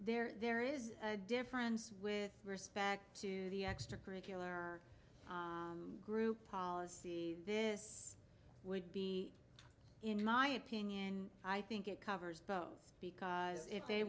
there there is a difference with respect to the extracurricular group policy this would be in my opinion i think it covers both because if they